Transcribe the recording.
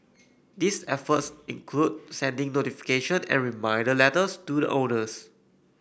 these efforts include sending notification and reminder letters to the owners